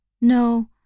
No